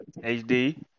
HD